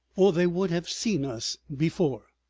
or they would have seen us before.